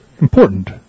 important